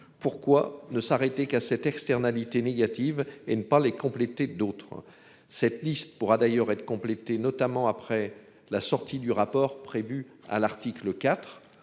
Pourquoi ne s'arrêter qu'à sept externalités négatives et ne pas les compléter d'autres. Cette liste pourra d'ailleurs être complétées, notamment après la sortie du rapport prévue à l'article IV.